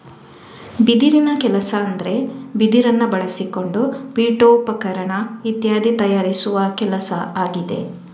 ಬಿದಿರಿನ ಕೆಲಸ ಅಂದ್ರೆ ಬಿದಿರನ್ನ ಬಳಸಿಕೊಂಡು ಪೀಠೋಪಕರಣ ಇತ್ಯಾದಿ ತಯಾರಿಸುವ ಕೆಲಸ ಆಗಿದೆ